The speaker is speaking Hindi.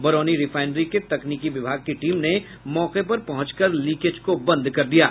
बरौनी रिफाइनरी के तकनीकी विभाग की टीम ने मौके पर पहुंचकर लीकेज को बंद कर दिया है